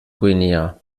guinea